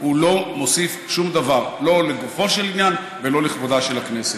הוא לא מוסיף שום דבר לא לגופו של עניין ולא לכבודה של הכנסת.